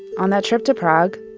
on that trip to prague,